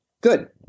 Good